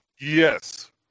Yes